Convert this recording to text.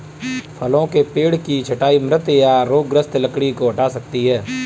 फलों के पेड़ की छंटाई मृत या रोगग्रस्त लकड़ी को हटा सकती है